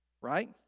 right